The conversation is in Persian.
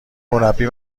مربی